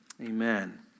amen